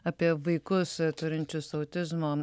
apie vaikus turinčius autizmo